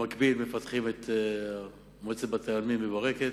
במקביל מפתחים את מועצת בתי-העלמין בברקת.